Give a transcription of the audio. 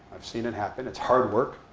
i've seen it happen. it's hard work.